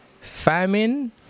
famine